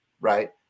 Right